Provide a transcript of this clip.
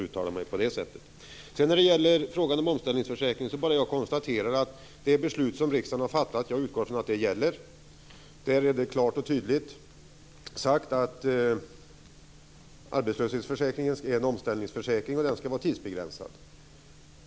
Vad gäller frågan om omställningsförsäkring utgår jag från att det beslut som riksdagen har fattat gäller. I beslutet står det klart och tydligt att arbetslöshetsförsäkringen är en omställningsförsäkring och att den skall vara tidsbegränsad.